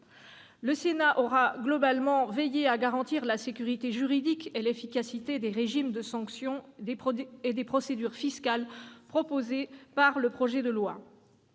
Le Sénat aura globalement veillé à garantir la sécurité juridique et l'efficacité des régimes de sanctions et des procédures fiscales contenues dans le projet de loi.